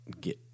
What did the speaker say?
get